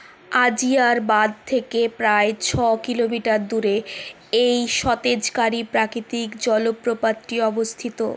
আজিয়ার বাঁধ থেকে প্রায় ছয় কিলোমিটার দূরে এই সতেজকারী প্রাকৃতিক জলপ্রপাতটি অবস্থিত